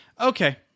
Okay